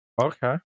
Okay